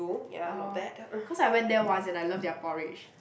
uh cause I went there once and I love their porridge